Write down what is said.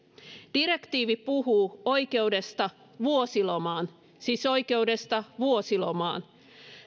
direktiivi puhuu oikeudesta vuosilomaan siis oikeudesta vuosilomaan